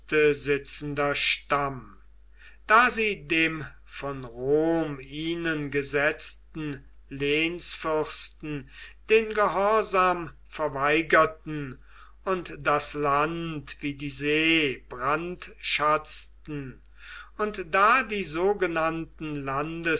sitzender stamm da sie dem von rom ihnen gesetzten lehnsfürsten den gehorsam verweigerten und das land wie die see brandschatzten und da die sogenannten